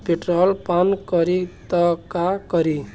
Petrol पान करी त का करी?